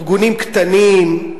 ארגונים קטנים,